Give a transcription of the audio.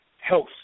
health